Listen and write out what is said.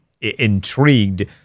intrigued